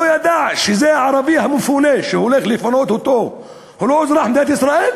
לא ידע שזה הערבי המפונה שהוא הולך לפנות אותו הוא לא אזרח מדינת ישראל?